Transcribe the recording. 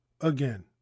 again